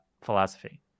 philosophy